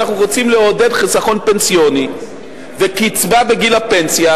שאנחנו רוצים לעודד חיסכון פנסיוני וקצבה בגיל הפנסיה,